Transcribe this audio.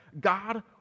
God